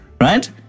Right